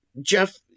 Jeff